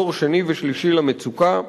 דור שני ושלישי למצוקה,